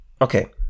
okay